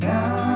Now